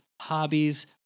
hobbies